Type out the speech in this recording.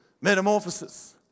Metamorphosis